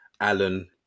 Alan